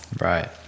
Right